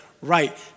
Right